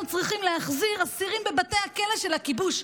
צריכים להחזיר אסירים בבתי הכלא של הכיבוש.